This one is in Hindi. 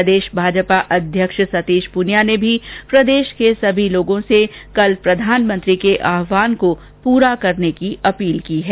प्रदेश भाजपा अध्यक्ष सतीश पूनिया ने भी प्रदेश के सभी लोगों से कल प्रधानमंत्री के आहवान को पूरा करने की अपील की है